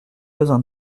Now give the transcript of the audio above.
besoin